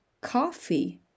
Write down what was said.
coffee